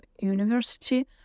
university